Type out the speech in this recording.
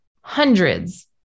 hundreds